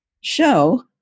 show